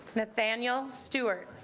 nathaniel stewart